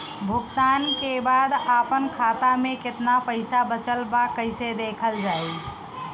भुगतान के बाद आपन खाता में केतना पैसा बचल ब कइसे देखल जाइ?